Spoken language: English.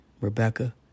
Rebecca